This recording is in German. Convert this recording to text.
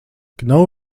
genau